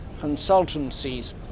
consultancies